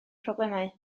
problemau